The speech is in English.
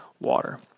water